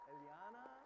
Eliana